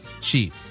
cheap